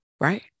right